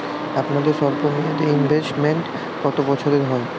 আপনাদের স্বল্পমেয়াদে ইনভেস্টমেন্ট কতো বছরের হয়?